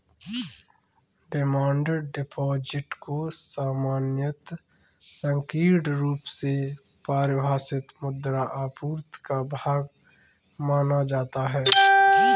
demand deposit को सामान्यतः संकीर्ण रुप से परिभाषित मुद्रा आपूर्ति का भाग माना जाता है